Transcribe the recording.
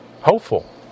hopeful